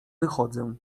wychodzę